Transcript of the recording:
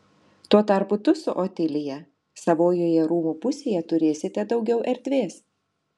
tuo tarpu tu su otilija savojoje rūmų pusėje turėsite daugiau erdvės